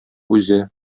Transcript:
үзе